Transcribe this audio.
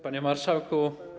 Panie Marszałku!